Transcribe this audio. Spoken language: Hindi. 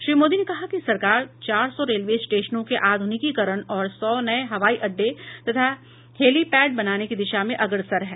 श्री मोदी ने कहा कि सरकार चार सौ रेलवे स्टेशनों के आध्रनिकीकरण और सौ नये हवाई अड्डे तथा हेलीपैड बनाने की दिशा में अग्रसर है